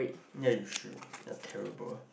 ya you should you're terrible